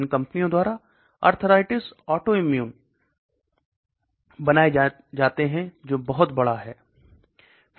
इन कंपनियों द्वारा arthritis autoimmune बनाये जाते है जो भी बहुत बड़ा है